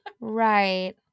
Right